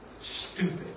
Stupid